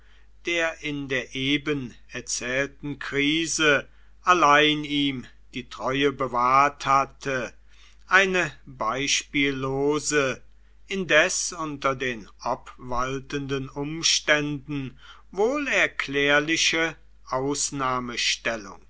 der in der eben erzählten krise allein ihm die treue bewahrt hatte eine beispiellose indes unter den obwaltenden umständen wohl erklärliche